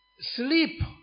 sleep